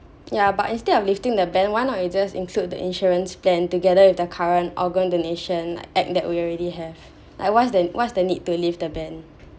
ya but instead of lifting the ban why not you just include the insurance plan together with their current organ donation like add that we already have like what's the what's the need to lift the ban